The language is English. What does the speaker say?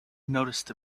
noticed